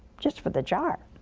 just for the jar,